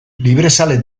librezale